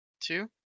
two